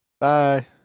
Bye